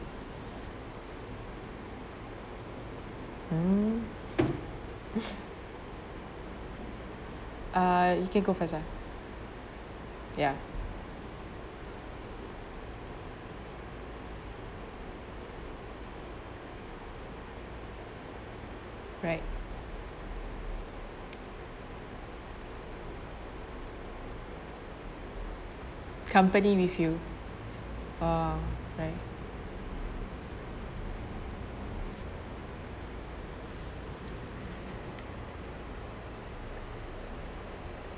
mm ah you can go first ah ya right company with you ah right